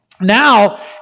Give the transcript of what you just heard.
Now